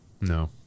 No